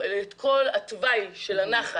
את כל התוואי של הנחל,